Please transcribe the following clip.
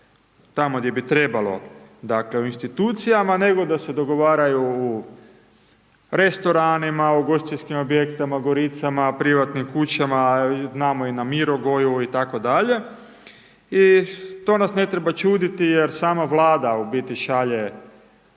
tamo gdje bi trebalo dakle u institucijama nego da se dogovaraju u restoranima, ugostiteljskim objektima, goricama, privatnim kućama, znamo i na Mirogoju itd.. I to nas ne treba čuditi jer sama Vlada u biti šalje